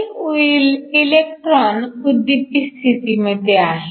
एक इलेक्ट्रॉन उद्दीपित स्थितीमध्ये आहे